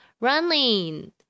running